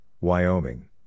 Wyoming